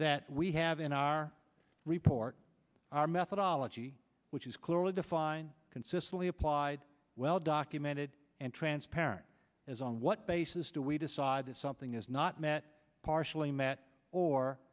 that we have in our report our methodology which is clearly defined consistently applied well documented and transparent as on what basis do we decide that something is not met partially met or